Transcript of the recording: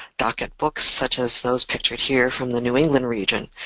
docket books, such as those pictured here from the new england region,